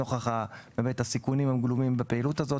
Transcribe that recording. נוכח הסיכונים הגלומים בפעילות הזו